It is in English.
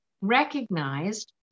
recognized